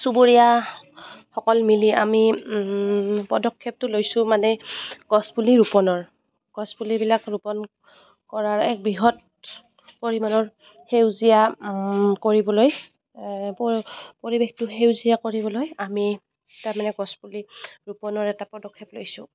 চুবুৰীয়াসকল মিলি আমি পদক্ষেপটো লৈছোঁ মানে গছপুলি ৰোপণৰ গছপুলিবিলাক ৰোপণ কৰাৰ এক বৃহৎ পৰিমাণৰ সেউজীয়া কৰিবলৈ পৰিৱেশটো সেউজীয়া কৰিবলৈ আমি তাৰমানে গছপুলি ৰোপণৰ এটা পদক্ষেপ লৈছোঁ